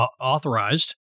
authorized